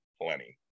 Plenty